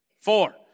four